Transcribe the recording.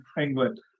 England